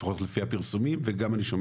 לפחות על פי הפרסומים וגם אני שומע